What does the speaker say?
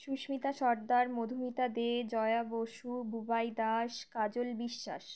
Susmita Sardar Madhumita De Jaya Basu Bubai Das Kajal Biswas